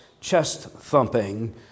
chest-thumping